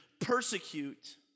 Persecute